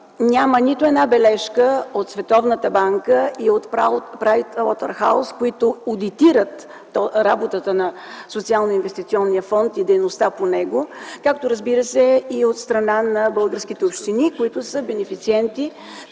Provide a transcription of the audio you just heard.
няма нито една бележка от Световната банка и от „Прайс Уотърхаус”, които одитират работата на Социалноинвестиционния фонд и дейността по него, както, разбира се, и от страна на българските общини, които са бенефициенти.